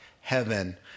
heaven